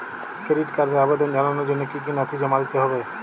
Credit কার্ডের আবেদন জানানোর জন্য কী কী নথি জমা দিতে হবে?